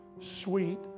sweet